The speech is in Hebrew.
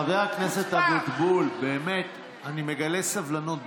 חבר הכנסת אבוטבול, באמת, אני מגלה סבלנות.